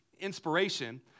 inspiration